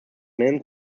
men